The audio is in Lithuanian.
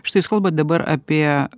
štai jūs kalbat dabar apie